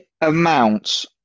amounts